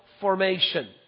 formation